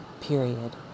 period